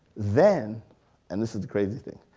then and this is the crazy thing,